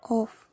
off